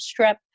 strep